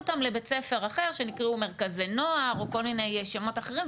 אותם לבתי ספר אחרים שנקראו מרכזי נוער או כל מיני שמות אחרים,